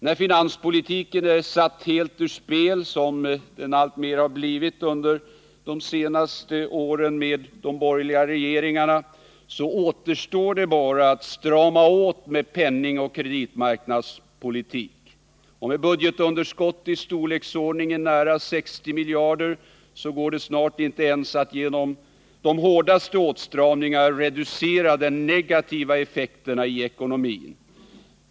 När finanspolitiken blir satt helt ur spel, som den alltmer har blivit under de senaste åren med de borgerliga regeringarna, återstår det bara att strama åt med penningoch kreditmarknadspolitik. Och med budgetunderskott i storleksordningen nära 60 miljarder, går det snart inte ens att genom de hårdaste åtstramningar reducera de negativa effekterna i ekonomin.